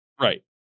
Right